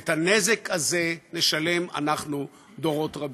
ואת הנזק הזה נשלם אנחנו דורות רבים.